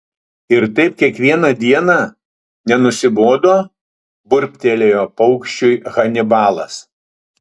ir taip kiekvieną dieną nenusibodo burbtelėjo paukščiui hanibalas